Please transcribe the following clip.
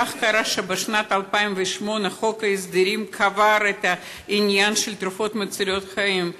כך קרה שבשנת 2008 חוק ההסדרים קבר את העניין של תרופות מצילות חיים.